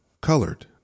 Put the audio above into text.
colored